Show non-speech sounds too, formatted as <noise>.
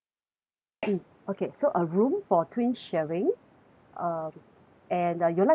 mm okay so a room for twin sharing <breath> <noise> um and uh you'd like to check in